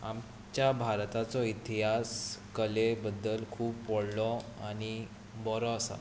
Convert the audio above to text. आमच्या भारताचो इतिहास कले बद्दल खूब व्हडलो आनी बरो आसा